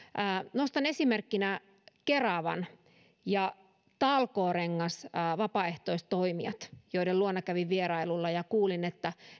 nostan esimerkkinä keravan ja talkoorengas vapaaehtoistoimijat joiden luona kävin vierailulla ja kuulin että